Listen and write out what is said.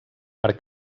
per